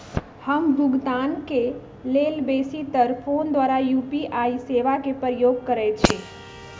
हम भुगतान के लेल बेशी तर् फोन द्वारा यू.पी.आई सेवा के प्रयोग करैछि